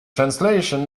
translation